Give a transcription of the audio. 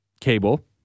Cable